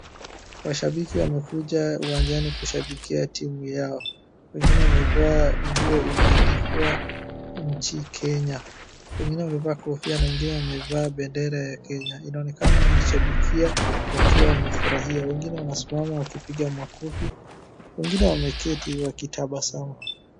Mashabiki wamekuja uwanjani kushambikia timu yao. Wengine wamevaa nguo imeandikwa nchi Kenya. wengine wamevaa kofia na wengine wamevaa bendera ya Kenya. Inaonekana wanashambikia wakiwa wamefurahia. Wengine wanasimama wakipiga makofi, wengine wameketi wakitabasamu.